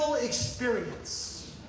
experience